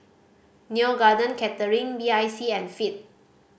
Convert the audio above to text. Neo Garden Catering B I C and Veet